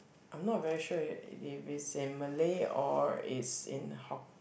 I'm not very sure if it is in Malay or is in Hokkien